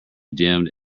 dimmed